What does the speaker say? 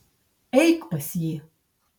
eik pas jį